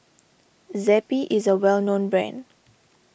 Zappy is a well known brand